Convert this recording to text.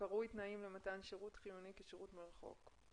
שקרוי תנאים למתן שירות חיוני כשירות מרחוק.